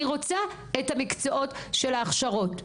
אני רוצה את המקצועות של ההכשרות.